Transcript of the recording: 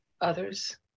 others